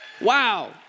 Wow